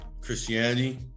Christianity